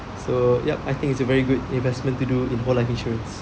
so yup I think it's a very good investment to do in whole life insurance